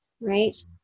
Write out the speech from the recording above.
right